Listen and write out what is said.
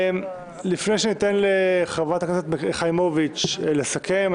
לפני שניתן לחברת הכנסת חיימוביץ' לסכם,